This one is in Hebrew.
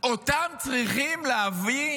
אותם צריכים להביא